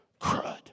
crud